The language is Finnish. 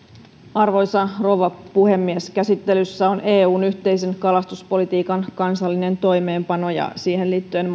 arvoisa rouva puhemies käsittelyssä on eun yhteisen kalastuspolitiikan kansallinen toimeenpano ja siihen liittyen